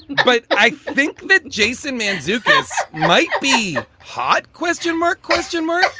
but i think that jason mantzoukas might be hot. question mark question mark.